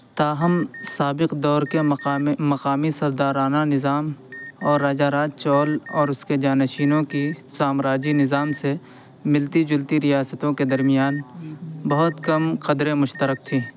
تاہم سابق دور کے مقامی مقامی سردارانہ نظام اور راجا راج چول اور اس کے جانشینوں کی سامراجی نظام سے ملتی جلتی ریاستوں کے درمیان بہت کم قدریں مشترک تھی